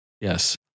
Yes